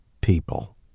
people